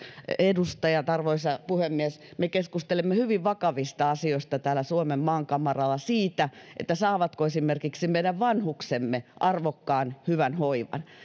edustajat arvoisa puhemies me keskustelemme hyvin vakavista asioista täällä suomen maankamaralla siitä saavatko esimerkiksi meidän vanhuksemme arvokkaan hyvän hoivan